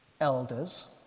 Elders